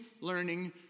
learning